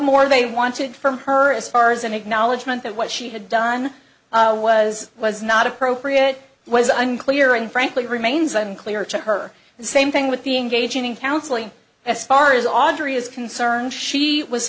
more they wanted from her as far as an acknowledgement that what she had done was was not appropriate was unclear and frankly remains unclear to her the same thing with the engaging in counseling as far as audrey is concerned she was